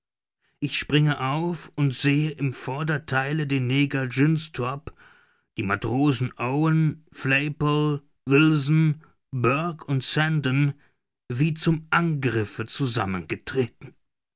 ich springe auf und sehe im vordertheile den neger jynxtrop die matrosen owen flaypol wilson burke und sandon wie zum angriffe zusammengetreten